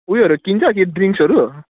उयोहरू किन्छ कि ड्रिङ्क्सहरू